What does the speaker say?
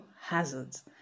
hazards